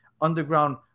underground